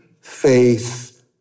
faith